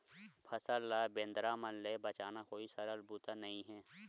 फसल ल बेंदरा मन ले बचाना कोई सरल बूता नइ हे